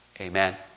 Amen